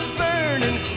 burning